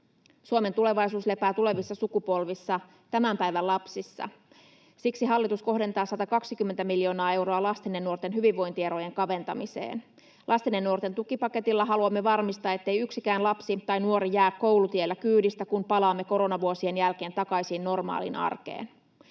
Suomen tulevaisuus lepää tulevissa sukupolvissa, tämän päivän lapsissa. Siksi hallitus kohdentaa 120 miljoonaa euroa lasten ja nuorten hyvinvointierojen kaventamiseen. Lasten ja nuorten tukipaketilla haluamme varmistaa, ettei yksikään lapsi tai nuori jää koulutiellä kyydistä, kun palaamme koronavuosien jälkeen takaisin normaaliin arkeen.